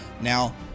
Now